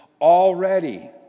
already